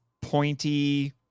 pointy